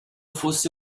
fosse